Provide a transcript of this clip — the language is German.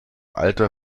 alter